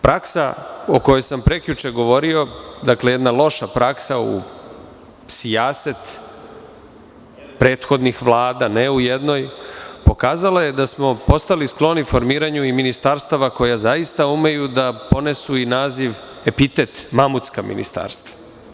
Praksa o kojoj sam prekjuče govorio, jedna loša praksa u sijaset prethodnih vlada, ne u jednoj, pokazala je da smo postali skloni formiranju i ministarstava koja zaista umeju da ponesu i naziv, epitet „mamutska ministarstva“